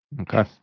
Okay